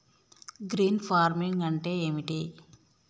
Green farming అంటే ఏమిటి?